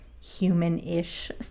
human-ish